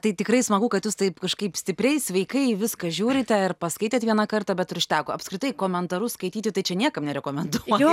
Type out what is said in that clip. tai tikrai smagu kad jūs taip kažkaip stipriai sveikai į viską žiūrite ir paskaitėt vieną kartą bet ir užteko apskritai komentarus skaityti tai čia niekam nerekomenduoju